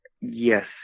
yes